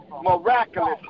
Miraculous